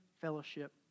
fellowship